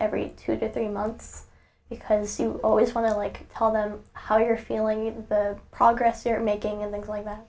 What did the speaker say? every two to three months because you always want to like tell them how you're feeling the progress you're making and things like that